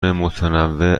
متنوع